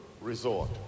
Resort